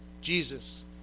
Jesus